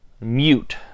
mute